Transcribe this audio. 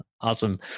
Awesome